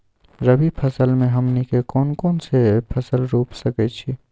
रबी फसल में हमनी के कौन कौन से फसल रूप सकैछि?